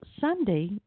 Sunday